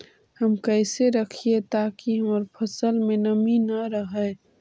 हम कैसे रखिये ताकी हमर फ़सल में नमी न रहै?